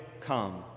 come